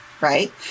right